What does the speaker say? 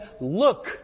Look